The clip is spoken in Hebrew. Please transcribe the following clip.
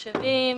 מחשבים,